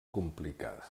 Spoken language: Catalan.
complicada